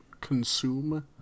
consume